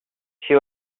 she